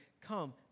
come